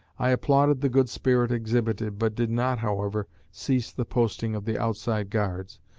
i applauded the good spirit exhibited, but did not, however, cease the posting of the outside guards,